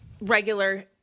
regular